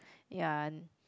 ya